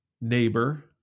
neighbor